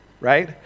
right